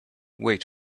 wait